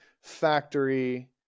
factory